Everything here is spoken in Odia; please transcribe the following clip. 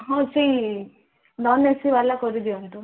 ହଁ ସେଇ ନନ୍ ଏସି ବାଲା କରିଦିଅନ୍ତୁ